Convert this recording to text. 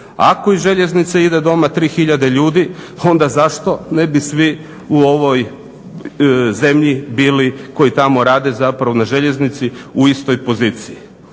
Ako iz željeznice ide doma 3 hiljade ljudi, onda zašto ne bi svi u ovoj zemlji bili, koji tamo rade, zapravo na željeznici u istoj poziciji.